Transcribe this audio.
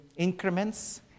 Increments